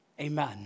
Amen